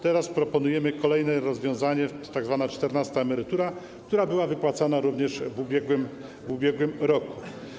Teraz proponujemy kolejne rozwiązanie, tzw. czternastą emeryturę, która była wypłacana również w ubiegłym roku.